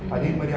mm